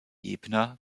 ebner